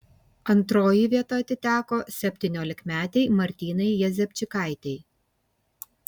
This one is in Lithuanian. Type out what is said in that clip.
antroji vieta atiteko septyniolikmetei martynai jezepčikaitei